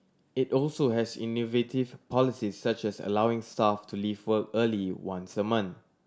it also has innovative policies such as allowing staff to leave work early once a month